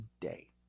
day